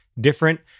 different